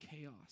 chaos